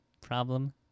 Problem